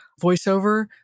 voiceover